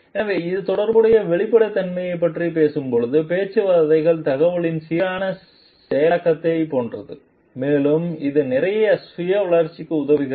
எனவே இது தொடர்புடைய வெளிப்படைத்தன்மையைப் பற்றி பேசுகிறது பேச்சுவார்த்தைகள் தகவல்களின் சீரான செயலாக்கத்தைப் போன்றது மேலும் இது நிறைய சுய வளர்ச்சிக்கு உதவுகிறது